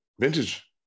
Vintage